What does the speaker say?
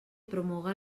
promoga